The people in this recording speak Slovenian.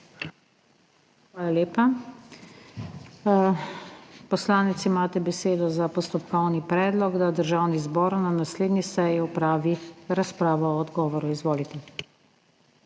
Hvala lepa. Poslanec, imate besedo za postopkovni predlog, da Državni zbor na naslednji seji opravi razpravo o odgovoru. Izvolite.